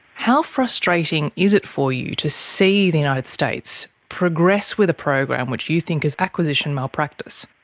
how frustrating is it for you to see the united states progress with a program which you think is acquisition malpractice?